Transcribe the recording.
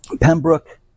Pembroke